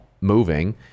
moving